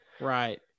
Right